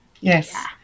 yes